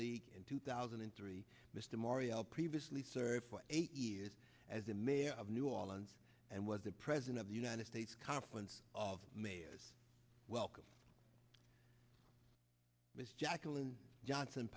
league in two thousand and three mr morial previously served eight years as the mayor of new orleans and was the president of the united states conference of mayors welcome ms jacqueline johnson